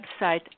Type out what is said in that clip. website